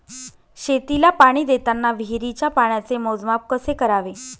शेतीला पाणी देताना विहिरीच्या पाण्याचे मोजमाप कसे करावे?